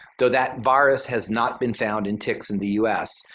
though that virus has not been found in ticks in the us,